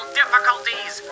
difficulties